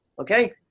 Okay